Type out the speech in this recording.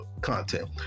content